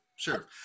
Sure